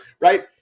right